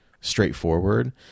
straightforward